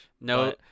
No